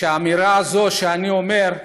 האמירה הזאת שאני אומר: